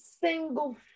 single